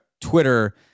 Twitter